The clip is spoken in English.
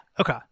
Okay